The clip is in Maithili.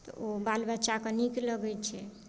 ओ बाल बच्चाकेँ नीक लगै छै